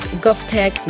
GovTech